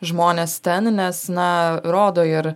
žmonės ten nes na rodo ir